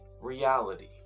reality